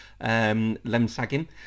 Lemsagin